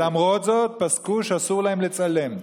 ולמרות זאת פסקו שאסור להם לצלם.